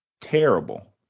terrible